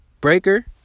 Breaker